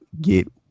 get